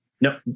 no